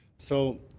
so